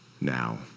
now